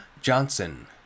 Johnson